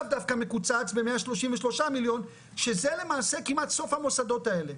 דווקא מקוצץ ב-133 מיליון שזה למעשה כמעט סוף המוסדות האלה.